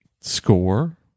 Score